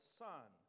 son